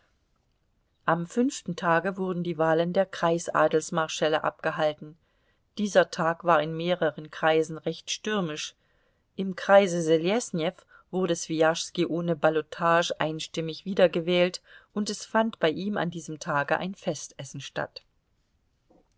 am fünften tage wurden die wahlen der kreis adelsmarschälle abgehalten dieser tag war in mehreren kreisen recht stürmisch im kreise selesnjew wurde swijaschski ohne ballotage einstimmig wiedergewählt und es fand bei ihm an diesem tage ein festessen statt